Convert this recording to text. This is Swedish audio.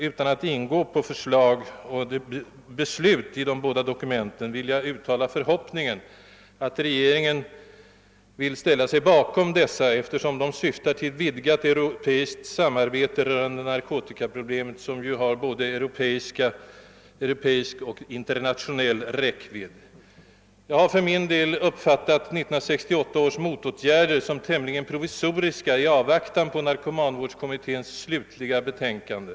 Utan att ingå på förslag och beslut i de åsyftade båda dokumenten vill jag uttala den förhoppningen att regeringen vill ställa sig bakom dessa, eftersom de syftar till vidgat europeiskt samarbete rörande narkotikaproblemet, som ju har både europeisk och global räckvidd. Jag har för min del uppfattat 1968 års motåtgärder i Sverige som tämligen provisoriska i avvaktan på narkomanvårdskommitténs slutliga betänkande.